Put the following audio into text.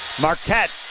Marquette